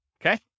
okay